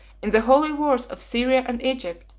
in the holy wars of syria and egypt,